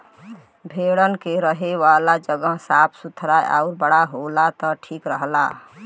भेड़न के रहे वाला जगह साफ़ सुथरा आउर बड़ा होला त ठीक रहला